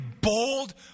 bold